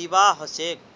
दीबा ह छेक